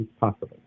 possible